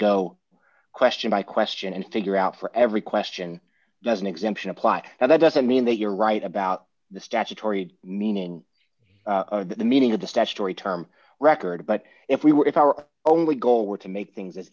go question by question and figure out for every question does an exemption apply now that doesn't mean that you're right about the statutory meaning the meaning of the statutory term record but if we were if our only goal were to make things as